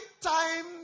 time